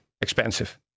expensive